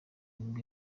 nibwo